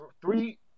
Three